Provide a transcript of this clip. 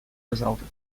resulted